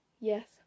yes